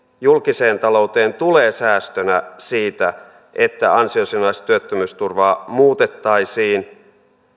julkiseen talouteen tulee säästönä siitä että ansiosidonnaista työttömyysturvaa muutettaisiin